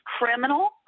criminal